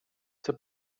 zur